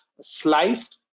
sliced